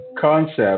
concept